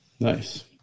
nice